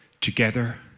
together